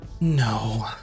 No